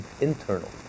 internal